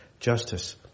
Justice